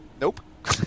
nope